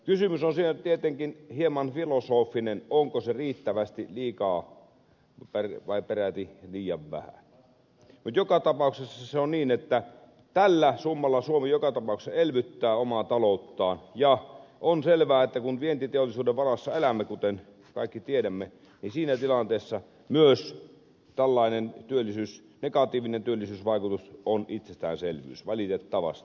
kysymys on tietenkin hieman filosofinen onko se riittävästi liikaa vai peräti liian vähän mutta joka tapauksessa on niin että tällä summalla suomi elvyttää omaa talouttaan ja on selvää että kun vientiteollisuuden varassa elämme kuten kaikki tiedämme niin siinä tilanteessa myös tällainen negatiivinen työllisyysvaikutus on itsestäänselvyys valitettavasti